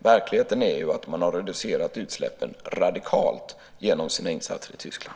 Verkligheten är ju att man har reducerat utsläppen radikalt genom sina insatser i Tyskland.